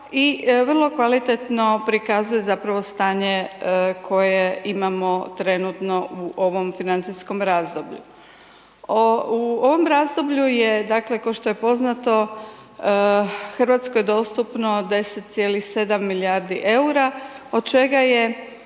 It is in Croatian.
i vrlo kvalitetno prikazuje zapravo stanje koje imamo trenutno u ovom financijskom razdoblju. U ovom razdoblju je dakle ko što je poznato Hrvatskoj dostupno 10,7 milijardi EUR-a od čega je